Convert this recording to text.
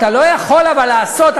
אתה לא יכול לעשות.